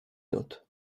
nut